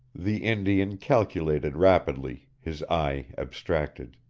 the indian calculated rapidly, his eye abstracted.